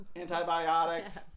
Antibiotics